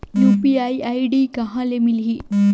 UPI ID कहां ले मिलही?